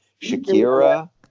Shakira